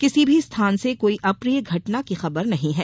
किसी भी स्थान से कोई अप्रिय घटना की खबर नहीं है